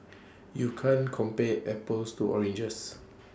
you can't compare apples to oranges